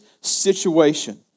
situation